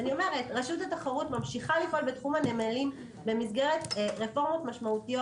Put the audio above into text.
רשות התחרות ממשיכה לפעול בתחום הנמלים במסגרת רפורמות משמעותיות.